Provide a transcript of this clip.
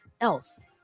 else